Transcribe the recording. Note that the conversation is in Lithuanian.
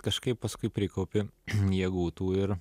kažkaip paskui prikaupi jėgų tų ir